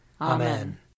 Amen